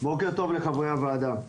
בוקר טוב לחברי הוועדה.